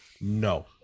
No